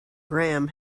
graham